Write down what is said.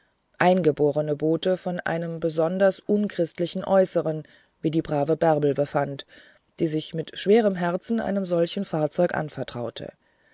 eingeborenen booten von einem besonders unchristlichen äußeren wie die brave bärbele fand die sich mit schwerem herzen einem solchen fahrzeug anvertraute